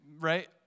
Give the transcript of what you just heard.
Right